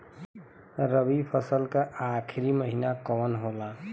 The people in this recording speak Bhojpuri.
रवि फसल क आखरी महीना कवन होला?